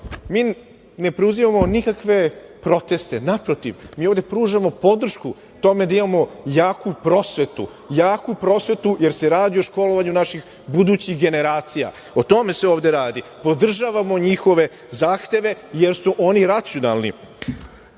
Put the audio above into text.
mi ne preuzimamo nikakve proteste, naprotiv mi ovde pružamo podršku tome da imamo jaku prosvetu, jaku prosvetu jer se radi o školovanju naših budućih generacija. O tome se ovde radi. Podržavamo njihove zahteve jer su oni racionalni. Treća